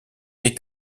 est